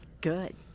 Good